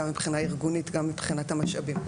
גם מבחינה ארגונית וגם מבחינת המשאבים.